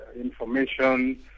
information